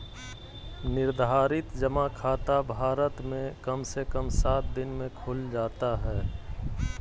निर्धारित जमा खाता भारत मे कम से कम सात दिन मे खुल जाता हय